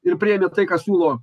ir priėmė tai ką siūlo